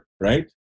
right